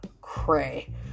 cray